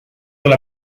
dans